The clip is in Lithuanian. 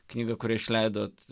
knyga kurią išleidot